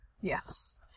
yes